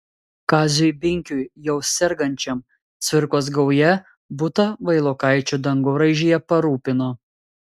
kaziui binkiui jau sergančiam cvirkos gauja butą vailokaičio dangoraižyje parūpino